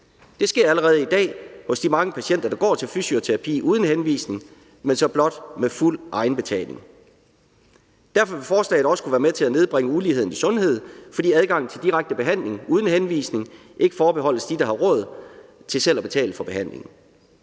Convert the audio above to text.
Det sker allerede i dag hos de mange patienter, der går til fysioterapi uden henvisning, men så blot med fuld egenbetaling. Derfor vil forslaget også kunne være med til at nedbringe uligheden i sundhed, fordi adgangen til direkte behandling uden henvisning ikke forbeholdes de, der har råd til selv at betale for behandlingen.